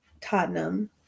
Tottenham